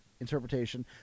interpretation